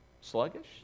sluggish